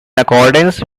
accordance